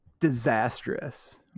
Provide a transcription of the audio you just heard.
disastrous